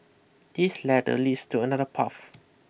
this ladder leads to another path